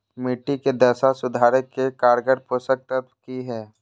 मिट्टी के दशा सुधारे के कारगर पोषक तत्व की है?